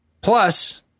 Plus